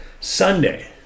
Sunday